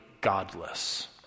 godless